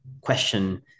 question